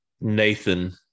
Nathan